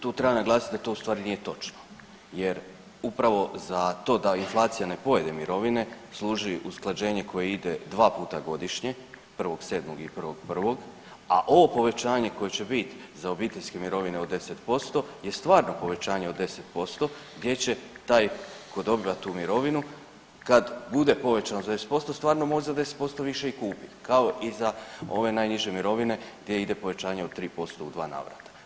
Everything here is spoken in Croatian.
Tu treba naglasit da to ustvari nije točno jer upravo za to da inflacija ne pojede mirovine služi usklađenje koje ide dva puta godišnje 1.7. i 1.1., a ovo povećanje koje će bit za obiteljske mirovine od 10% je stvarno povećanje od 10% gdje će taj ko dobiva tu mirovinu kad bude povećano za 10% stvarno moći za 10% više i kupit kao i za ove najniže mirovine gdje ide povećanje od 3% u dva navrata.